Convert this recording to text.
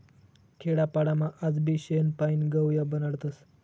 खेडापाडामा आजबी शेण पायीन गव या बनाडतस